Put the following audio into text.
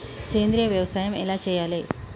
సేంద్రీయ వ్యవసాయం ఎలా చెయ్యాలే?